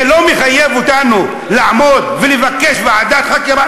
זה לא מחייב אותנו לעמוד ולבקש ועדת חקירה?